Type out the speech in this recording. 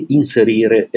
inserire